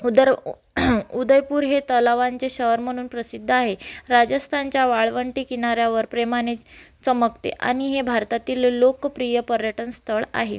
उदर उदयपूर हे तलावांचे शहर म्हणून प्रसिद्ध आहे राजस्थानच्या वाळवंटी किनाऱ्यावर प्रेमाने चमकते आणि हे भारतातील लोकप्रिय पर्यटनस्थळ आहे